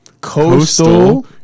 Coastal